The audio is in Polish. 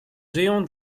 żyją